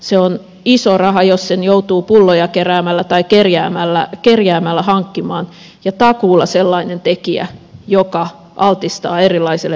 se on iso raha jos sen joutuu pulloja keräämällä tai kerjäämällä hankkimaan ja takuulla sellainen tekijä joka altistaa erilaiselle hyväksikäytölle